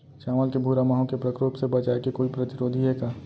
चांवल के भूरा माहो के प्रकोप से बचाये के कोई प्रतिरोधी हे का?